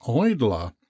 idler